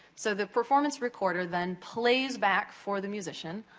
so, the performance recorder, then, plays back for the musician,